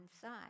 side